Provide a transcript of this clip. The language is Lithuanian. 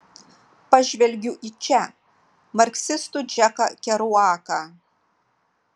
pažvelgiu į če marksistų džeką keruaką